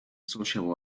social